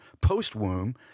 post-womb